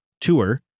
tour